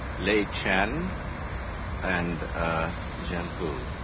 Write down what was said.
lei chen and zhen hu,